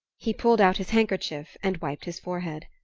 he pulled out his handkerchief and wiped his forehead.